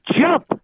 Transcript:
Jump